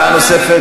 דעה נוספת.